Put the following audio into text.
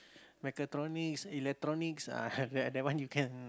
mechatronics electronics ah that one you can